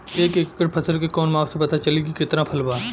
एक एकड़ फसल के कवन माप से पता चली की कितना फल बा?